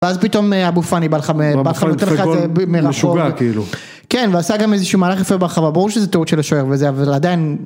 ואז פתאום אבו פאני בא לך נותן לך גול מרחוק... משוגע כאילו, כן ועשה גם איזשהו מהלך יפה ברחבה ברור שזה טעות של השוער וזה אבל עדיין